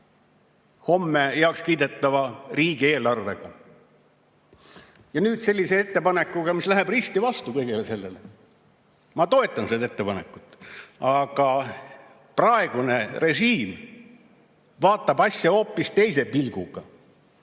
homme heaks kiidetava riigieelarve kohaselt. Ja nüüd selline ettepanek, mis läheb risti vastu kõigele sellele. Ma toetan seda ettepanekut, aga praegune režiim vaatab asja hoopis teise pilguga.